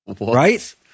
Right